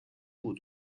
部族